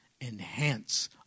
enhance